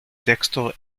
texto